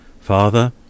FATHER